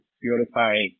Purify